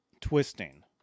twisting